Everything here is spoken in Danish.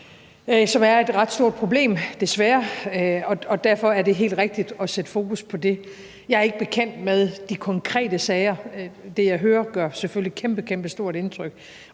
som er et ret stort problem, desværre, og derfor er det helt rigtigt at sætte fokus på det. Jeg er ikke bekendt med de konkrete sager. Det, jeg hører, gør selvfølgelig et kæmpekæmpestort indtryk,